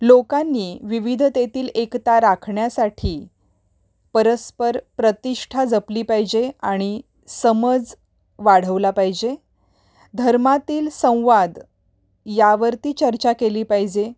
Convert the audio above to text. लोकांनी विविधतेतील एकता राखण्यासाठी परस्पर प्रतिष्ठा जपली पाहिजे आणि समज वाढवला पाहिजे धर्मातील संवाद यावरती चर्चा केली पाहिजे